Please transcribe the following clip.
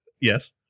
Yes